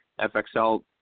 FXL